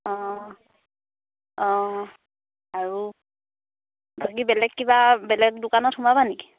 অঁ অঁ অঁ অঁ আৰু বাকী বেলেগ কিবা বেলেগ দোকানত সোমাবা নেকি